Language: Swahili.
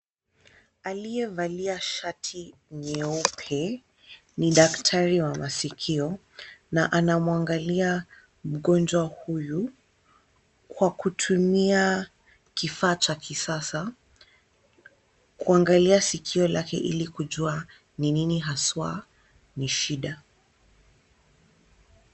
Aliyevalia shati nyeupe ni daktari wa masikio na anamwangalia mgonjwa huyu kwa kutumia kifaa cha kisasa kuangalia sikio lake ili kujua ni nini haswa ni shida.